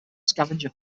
scavenger